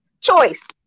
choice